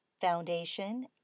foundation